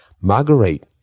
Marguerite